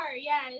yes